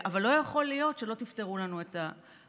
אבל לא יכול להיות שלא תפתרו לנו את הבעיה.